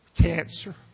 Cancer